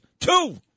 Two